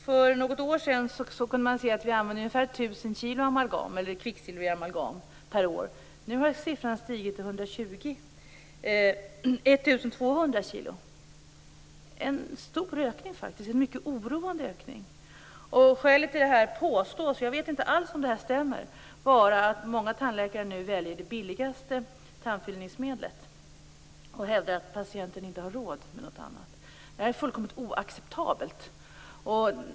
För något år sedan använde vi ungefär 1 000 kg kvicksilver i amalgam per år. Nu har användningen stigit till 1 200 kg per år. Det är en stor och mycket oroväckande ökning. Det påstås - jag vet inte alls om det stämmer - att många tandläkare nu väljer det billigaste tandfyllningsmedlet och hävdar att patienten inte har råd med något annat. Detta är fullständigt oacceptabelt.